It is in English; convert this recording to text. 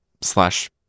slash